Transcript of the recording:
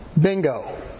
bingo